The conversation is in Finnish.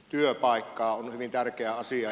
se on hyvin tärkeä asia